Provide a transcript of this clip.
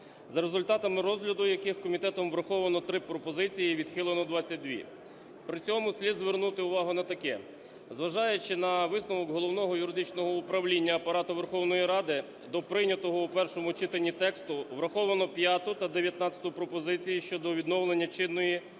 за результатами розгляду яких комітетом враховано 3 пропозиції і відхилено - 22. При цьому слід звернути увагу на таке. Зважаючи на висновок Головного юридичного управління Апарату Верховної Ради, до прийнятого у першому читанні тексту враховано 5-у та 19-у пропозиції щодо відновлення чинної редакції